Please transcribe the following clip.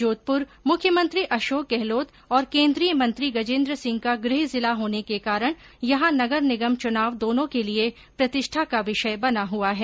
जोधपुर मुख्यमंत्री अशोक गहलोत और केन्द्रीय मंत्री गजेन्द्र सिंह का गृह जिला होने के कारण यहां नगर निगम चुनाव दोनों के लिये प्रतिष्ठा का विषय बना हआ है